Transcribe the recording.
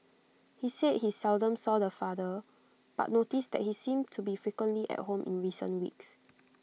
he said he seldom saw the father but noticed that he seemed to be frequently at home in recent weeks